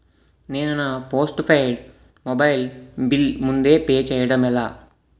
నేను నా postpaid mobile bill ముందే పే చేయడం ఎలా?